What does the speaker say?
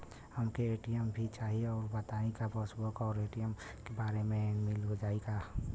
हमके ए.टी.एम भी चाही राउर बताई का पासबुक और ए.टी.एम एके बार में मील जाई का?